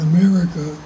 America